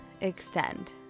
extend